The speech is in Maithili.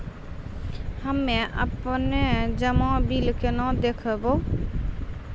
हम्मे आपनौ जमा बिल केना देखबैओ?